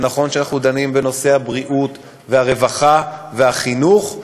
ונכון שאנחנו דנים בנושאי הבריאות והרווחה והחינוך,